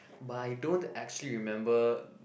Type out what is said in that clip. by don't actually remember